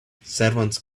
servants